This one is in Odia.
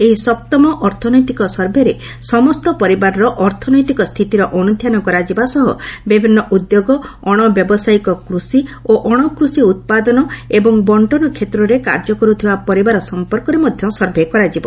ଏହି ସପ୍ତମ ଅର୍ଥନୈତିକ ସର୍ଭେରେ ସମସ୍ତ ପରିବାରର ଅର୍ଥନୈତିକ ସ୍ଥିତର ଅନୁଧ୍ୟାନ କରାଯିବା ସହ ବିଭିନ୍ନ ଉଦ୍ୟୋଗ ଅଣବ୍ୟାବସାୟିକ କୃଷି ଓ ଅଣକୃଷି ଉତ୍ପାଦନ ଏବଂ ବଣ୍ଟନ କ୍ଷେତ୍ରରେ କାର୍ଯ୍ୟ କରୁଥିବା ପରିବାର ସମ୍ପର୍କରେ ମଧ୍ୟ ସର୍ଭେ କରାଯିବ